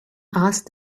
asked